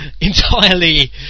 entirely